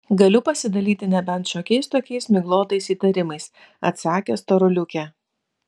galiu pasidalyti nebent šiokiais tokiais miglotais įtarimais atsakė storuliuke